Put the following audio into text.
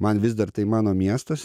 man vis dar tai mano miestas